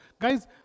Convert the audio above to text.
guys